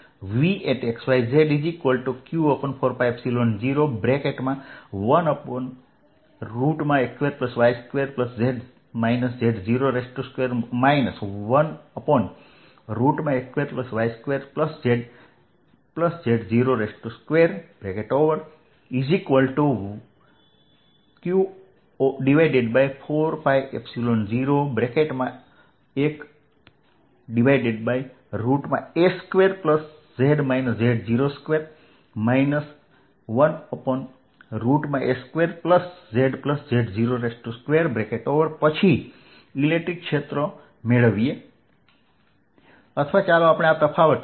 Vxyzq4π01x2y2z z02 1x2y2zz02q4π01s2z z02 1s2zz02 પછી electric ક્ષેત્ર મેળવવીએ અથવા ચાલો આપણે આ તફાવત લખીએ